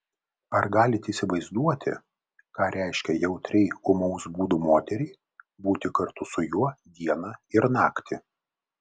ar galite įsivaizduoti ką reiškia jautriai ūmaus būdo moteriai būti kartu su juo dieną ir naktį